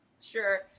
sure